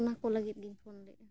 ᱚᱱᱟ ᱠᱚ ᱞᱟᱹᱜᱤᱫ ᱜᱤᱧ ᱯᱷᱳᱱ ᱞᱮᱜᱼᱟ